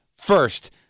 First